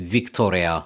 Victoria